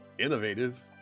Innovative